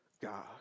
God